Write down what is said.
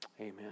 Amen